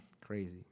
crazy